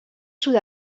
sud